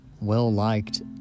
well-liked